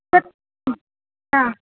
शतं ह ह